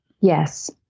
Yes